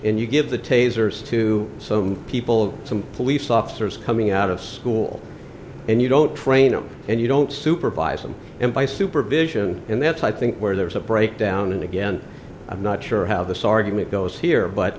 and you give the tasers to some people some police officers coming out of school and you don't train them and you don't supervise them and by supervision and that's i think where there's a breakdown and again i'm not sure how this argument goes here but